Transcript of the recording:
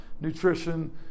nutrition